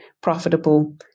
profitable